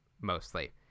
mostly